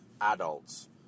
adults